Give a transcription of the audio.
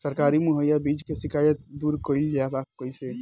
सरकारी मुहैया बीज के शिकायत दूर कईल जाला कईसे?